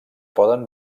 poden